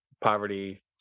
poverty